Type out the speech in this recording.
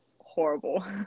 horrible